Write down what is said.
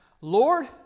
Lord